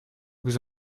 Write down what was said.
vous